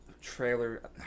trailer